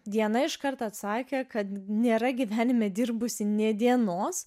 diena iš karto atsakė kad nėra gyvenime dirbusi nė dienos